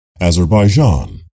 Azerbaijan